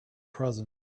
present